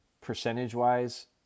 Percentage-wise